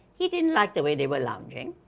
he didn't like the way they were lounging.